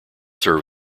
serve